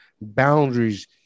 boundaries